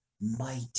mighty